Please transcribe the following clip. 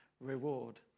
reward